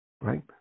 right